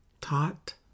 taught